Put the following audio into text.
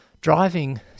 Driving